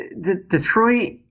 Detroit